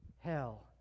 hell